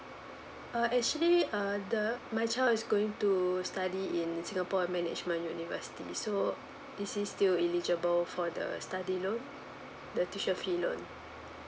uh actually uh the my child is going to study in singapore management university so is he still eligible for the study loan the tuition fee loan